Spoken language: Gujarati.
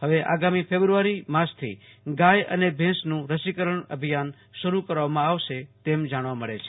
હવે આગામી ફેબ્રુઆરી માસથી ગાય અને ભેંસનું રસીકરણ અભિયાન શરૂ કરવામાં આવશે તેમ જાણવા મળે છે